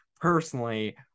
personally